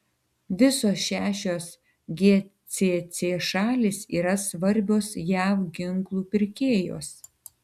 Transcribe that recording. visos šešios gcc šalys yra svarbios jav ginklų pirkėjos